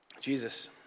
Jesus